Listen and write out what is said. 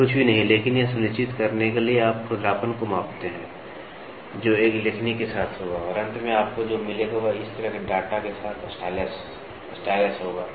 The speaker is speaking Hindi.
यह कुछ भी नहीं है लेकिन यह सुनिश्चित करने के लिए आप खुरदरापन को मापते हैं जो एक लेखनी के साथ होगा और अंत में आपको जो मिलेगा वह इस तरह के डेटा के साथ स्टाइलस होगा